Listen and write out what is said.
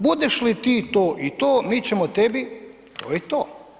Budeš li ti to i to mi ćemo tebi to i to.